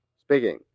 Speaking